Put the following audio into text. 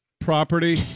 property